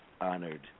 honored